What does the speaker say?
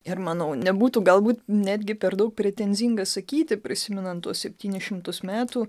ir manau nebūtų galbūt netgi per daug pretenzinga sakyti prisimenant tuos septynis šimtus metų